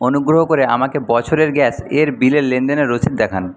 অনুগ্রহ করে আমাকে বছরের গ্যাসের বিলের লেনদেনের রসিদ দেখান